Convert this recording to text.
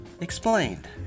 Explained